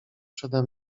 przede